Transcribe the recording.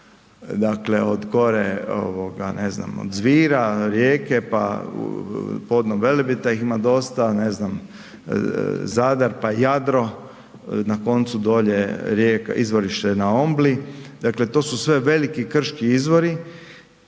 Dakle od gore, ne znam, od Zvira, Rijeke pa podno Velebita ih ima dosta, ne znam, Zadar, pa Jadro, na koncu dolje izvorište na Ombli, dakle to su sve veliki krški izvori